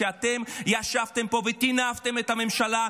כשאתם ישבתם פה וטינפתם את הממשלה.